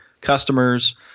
customers